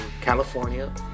California